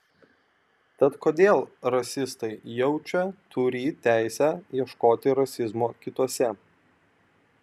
tad kodėl rasistai jaučia turį teisę ieškoti rasizmo kituose